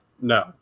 no